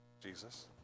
Jesus